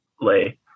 lay